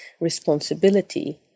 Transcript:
responsibility